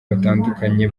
batandukanye